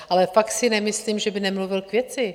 Ale fakt si nemyslím, že by nemluvil k věci.